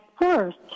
first